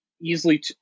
easily